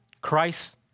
Christ